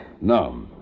No